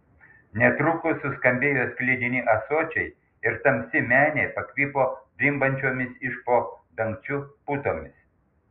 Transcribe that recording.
netrukus suskambėjo sklidini ąsočiai ir tamsi menė pakvipo drimbančiomis iš po dangčiu putomis